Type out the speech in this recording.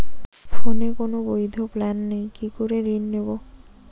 ফোনে কোন বৈধ প্ল্যান নেই কি করে ঋণ নেব?